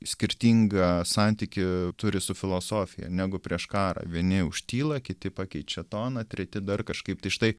į skirtingą santykį turi su filosofija negu prieš karą vieni užtyla kiti pakeičia toną treti dar kažkaip tai štai